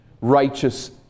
righteous